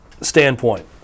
standpoint